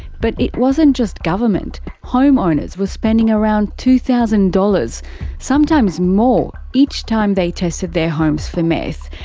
but it wasn't just government. home owners were spending around two thousand dollars sometimes more each time they tested their homes for meth.